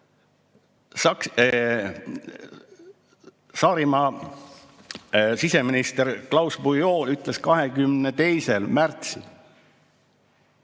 Saarimaa siseminister Klaus Bouillon ütles 22. märtsil